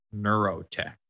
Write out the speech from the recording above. Neurotech